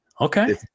Okay